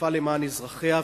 שתפעל למען אזרחיה,